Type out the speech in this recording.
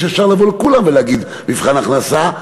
שאפשר לבוא לכולם ולהגיד: מבחן הכנסה.